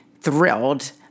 thrilled